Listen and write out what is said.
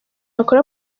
bakora